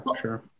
sure